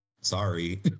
sorry